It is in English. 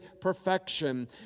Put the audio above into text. perfection